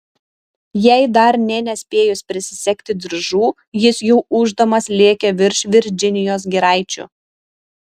jai dar nė nespėjus prisisegti diržų jis jau ūždamas lėkė virš virdžinijos giraičių